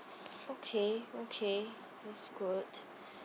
okay okay that's good